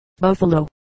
Buffalo